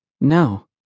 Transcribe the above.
No